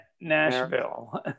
Nashville